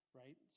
right